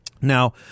Now